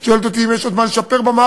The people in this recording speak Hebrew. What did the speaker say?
את שואלת אותי אם יש עוד מה לשפר במערכת?